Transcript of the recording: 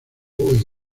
hoy